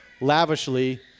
lavishly